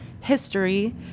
history